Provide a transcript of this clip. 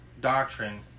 doctrine